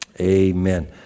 Amen